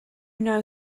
know